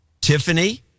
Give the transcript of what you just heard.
Tiffany